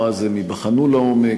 או אז הם ייבחנו לעומק,